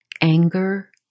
anger